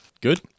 Good